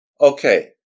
Okay